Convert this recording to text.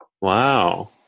Wow